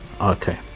Okay